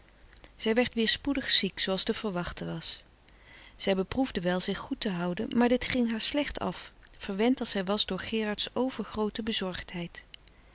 zij werd weer spoedig ziek zooals te verwachten was zij beproefde wel zich goed te houden maar dit ging haar slecht af verwend als zij was door gerards overgroote bezorgdheid